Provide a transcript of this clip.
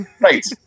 Right